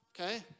okay